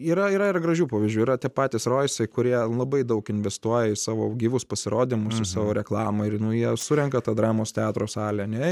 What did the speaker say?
yra yra ir gražių pavyzdžių vat tie patys rojasai kurie labai daug investuoja į savo gyvus pasirodymus savo reklamą ir nu jie surenka tą dramos teatro salę ne